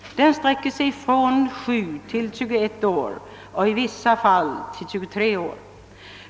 Den sträcker sig från sju till 21 år och i vissa fall till 23 år.